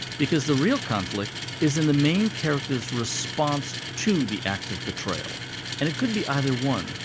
because the real conflict is in the main character's response to the act of betrayal and it could be either one,